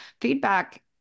feedback